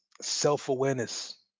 self-awareness